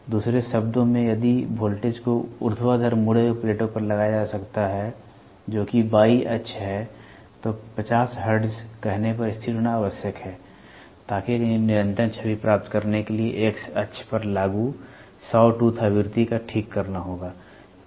दूसरे शब्दों में यदि वोल्टेज को ऊर्ध्वाधर मुड़े हुए प्लेटों पर लगाया जा सकता है जो कि Y अक्ष है तो 50 हर्ट्ज कहने पर स्थिर होना आवश्यक है ताकि एक निरंतर छवि प्राप्त करने के लिए एक्स अक्ष पर लागू साटूथ आवृत्ति को ठीक करना होगा